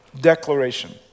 declaration